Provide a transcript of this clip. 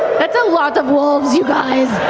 that's a lot of wolves, you guys.